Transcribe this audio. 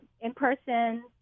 in-person